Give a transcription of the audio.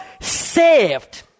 saved